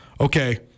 Okay